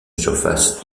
surface